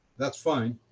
that's fine,